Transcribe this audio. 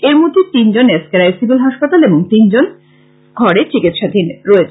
এরমধ্যে তিনজন S K Roy civil হাসপাতালে এবং তিনজন ঘরে চিকিৎসাধীন রয়েছেন